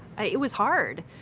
ah it was hard.